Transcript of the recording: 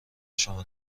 شما